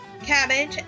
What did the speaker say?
cabbage